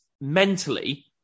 mentally